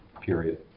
period